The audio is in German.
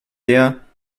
der